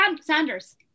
Sanders